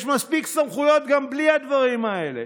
יש מספיק סמכויות גם בלי הדברים האלה.